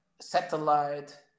satellite